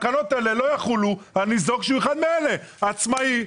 תקנות אלה לא יחולו על ניזוק שהוא אחד מאלה: עצמאי,